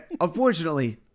Unfortunately